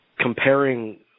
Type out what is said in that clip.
Comparing